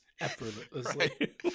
effortlessly